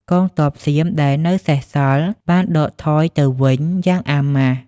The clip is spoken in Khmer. កងទ័ពសៀមដែលនៅសេសសល់បានដកថយទៅវិញយ៉ាងអាម៉ាស់។